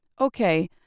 Okay